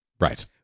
Right